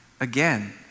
again